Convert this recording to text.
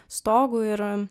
stogu ir